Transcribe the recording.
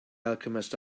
alchemist